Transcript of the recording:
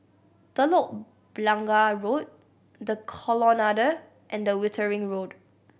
Telok Blangah Road The Colonnade and the Wittering Road